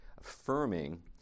affirming